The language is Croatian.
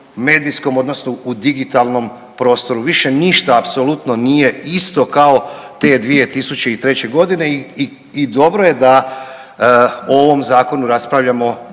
medijskom odnosno u digitalnom prostoru. Više ništa apsolutno nije isto kao te 2003.g. i dobro je da o ovom zakonu raspravljamo